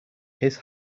his